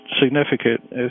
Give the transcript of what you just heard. significant